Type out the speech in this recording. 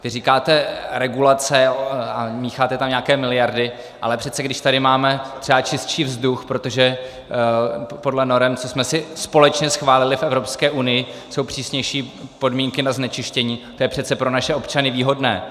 Vy říkáte regulace a mícháte tam nějaké miliardy, ale přece když tady máme třeba čistší vzduch, protože podle norem, které jsme si společně schválili v Evropské unii, jsou přísnější podmínky na znečištění, to je přece pro naše občany výhodné.